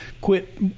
quit